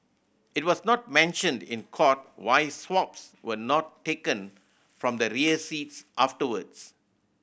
it was not mentioned in court why swabs were not taken from the rear seats afterwards